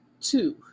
two